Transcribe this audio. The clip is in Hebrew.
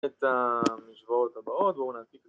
את המשוואות הבאות, בואו נעשה את זה